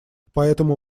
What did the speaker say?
поэтому